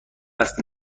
است